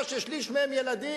והחשיבות של שמירת ערך החיים,